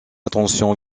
attention